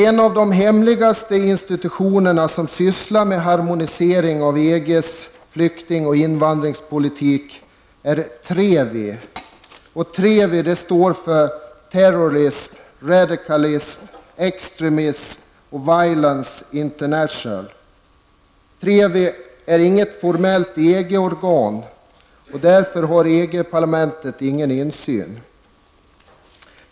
En av de hemligaste institutioner som bl.a. sysslar med harmonisering av EGs flykting och invandringspolitik är TREVI -- Terrorisme, TREVI är inget formellt EG-organ, och därför har EG-parlamentet ingen insyn.